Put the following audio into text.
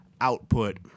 output